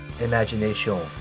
Imagination